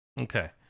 Okay